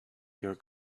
your